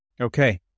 Okay